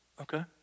Okay